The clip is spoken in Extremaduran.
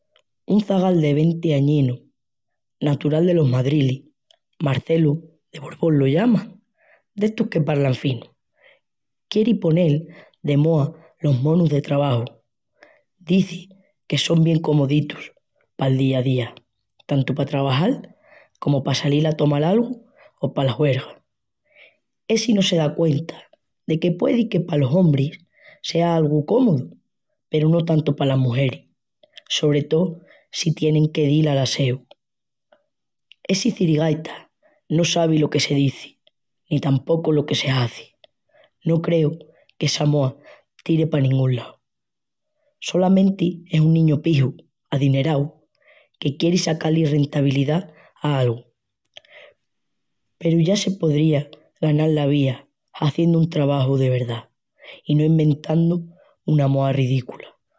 Un zagal de venti añinus, natural delos Madrilis, Marcelu de Borbón lo llaman, d'estus que palran finu, quieri ponel de moa los monus de trabaju. Dizi que son bien comoditus pal día a día, tantu pa trabajal comu pa salil a tomal algu o pala juerga. Essi no se da cuenta de que puedi que palos ombris sea algu cómodu, peru no tantu palas mugeris. Sobre tó si tienin que dil al asseu. Essi cirigaitas no sabi lo que se dizi, ni tampocu lo que se hazi. No creu que essa moa tiri pa nengún lau. Solamenti es un niñu piju adinerau que quieri sacá-li rentabilidá a algu, peru ya se podría ganal la vía haziendu un trabaju de verdá i no inventandu una moa ridícula.